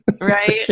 Right